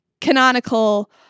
canonical